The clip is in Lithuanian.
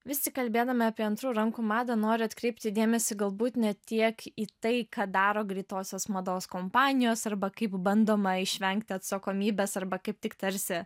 vis tik kalbėdama apie antrų rankų madą noriu atkreipti dėmesį galbūt ne tiek į tai ką daro greitosios mados kompanijos arba kaip bandoma išvengti atsakomybės arba kaip tik tarsi